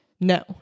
No